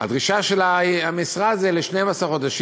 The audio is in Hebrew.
הדרישה של המשרה היא ל-12 חודשים.